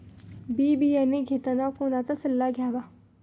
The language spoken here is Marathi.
बी बियाणे घेताना कोणाचा सल्ला घ्यावा?